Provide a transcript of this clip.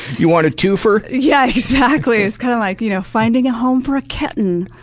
you want a twofer? yeah, exactly. it was kind of like you know finding a home for a kitten.